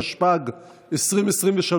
התשפ"ג 2023,